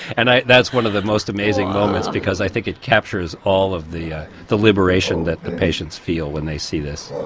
and that's one of the most amazing moments because i think it captures all of the the liberation that the patients feel when they see this.